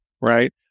right